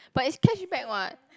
but it's cashback [what]